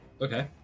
Okay